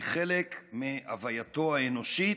היא חלק מהווייתו האנושית,